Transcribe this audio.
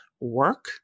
work